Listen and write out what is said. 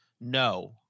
No